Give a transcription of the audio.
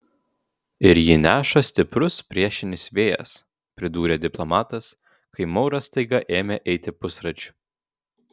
ir jį neša stiprus priešinis vėjas pridūrė diplomatas kai mauras staiga ėmė eiti pusračiu